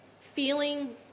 feeling